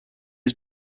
was